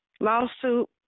lawsuit